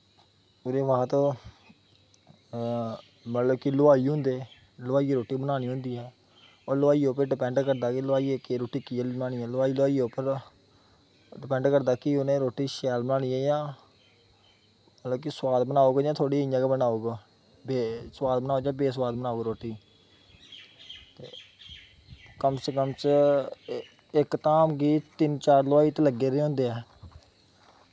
ओह्दे बाद मतलब कि हलवाई होंदे हलबाइयें रोटी बनानी होंदी ऐ ओह् हलबाइयें पर डिपैंड करदा ऐ कि रोटी कनेही बनानी ऐ डिपैंड करदा कि उ'नें रोटी शैल बनानी ऐ जां मतलब कि सोआद बनाग जां थोह्ड़ी इ'यां गै बनाग ते सोआद बनाग जां बे सोआद बनाग रोटी ते कम से कम इक धाम गी तिन्न चार हलबाई ते लग्गे दे होंदे न